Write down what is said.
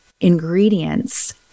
ingredients